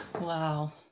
Wow